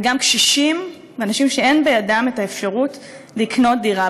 וגם קשישים, ואנשים שאין בידם האפשרות לקנות דירה.